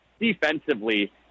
defensively